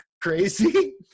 crazy